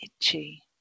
itchy